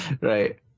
Right